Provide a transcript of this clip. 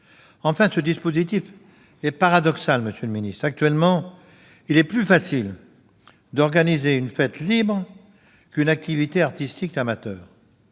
Enfin, ce dispositif est paradoxal, monsieur le secrétaire d'État. Actuellement, il est plus facile d'organiser une fête libre qu'une activité artistique amateur